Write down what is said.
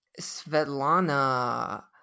Svetlana